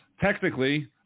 Technically